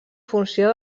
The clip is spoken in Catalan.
funció